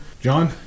John